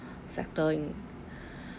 sector